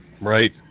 Right